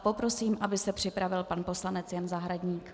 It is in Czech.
Poprosím, aby se připravil pan poslanec Jan Zahradník.